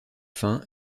faim